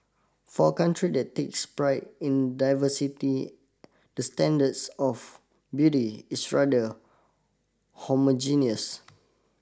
for a country that takes pride in diversity the standards of beauty is rather homogeneous